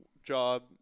Job